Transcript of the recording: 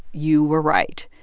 you were right.